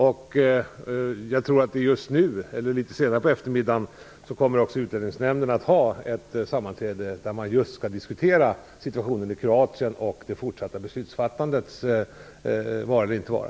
Jag tror också att Utlänningsnämnden nu, eller litet senare på eftermiddagen, har ett sammanträde där man just skall diskutera situationen i Kroatien och det fortsatta beslutsfattandets vara eller inte vara.